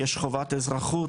יש חובת אזרחות,